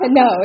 no